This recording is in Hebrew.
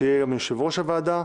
שיהיה יושב-ראש הוועדה,